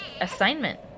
assignment